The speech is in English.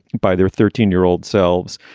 by their thirteen year old selves.